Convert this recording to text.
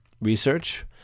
research